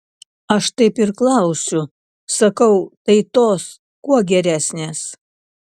aš taip ir klausiu sakau tai tos kuo geresnės